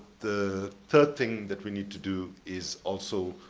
the third thing that we need to do is also